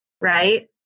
right